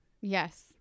yes